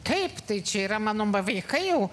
taip tai čia yra mano vaikai jau